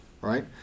right